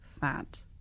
fat